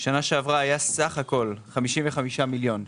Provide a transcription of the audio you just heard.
אני רק אחדד שמדובר במאבטחים אזרחים.